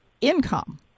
income